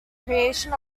creation